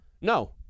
No